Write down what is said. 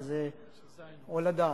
שזה הולדה,